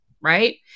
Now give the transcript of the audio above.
right